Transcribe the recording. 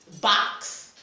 box